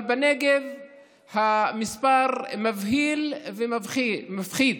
אבל בנגב המספר מבהיל ומפחיד.